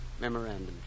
memorandum